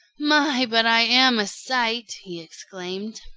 my, but i am sight! he exclaimed.